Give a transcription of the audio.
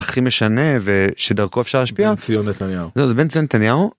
הכי משנה ושדרכו אפשר להשפיע על ציון נתניהו. בן ציון נתניהו